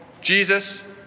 Jesus